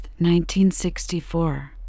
1964